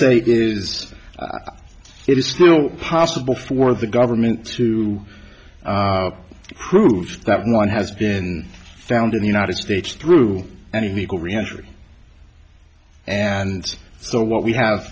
say is it is still possible for the government to prove that one has been found in the united states through any go reentry and so what we have